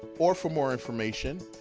or for more information,